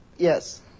Yes